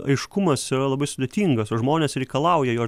aiškumas yra labai sudėtingas o žmonės reikalauja jo